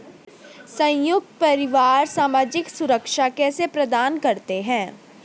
संयुक्त परिवार सामाजिक सुरक्षा कैसे प्रदान करते हैं?